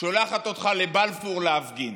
שולחת אותך לבלפור להפגין.